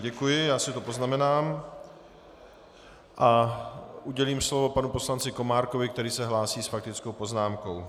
Děkuji, já si to poznamenám a udělím slovo panu poslanci Komárkovi, který se hlásí s faktickou poznámkou.